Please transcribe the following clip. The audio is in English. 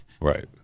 Right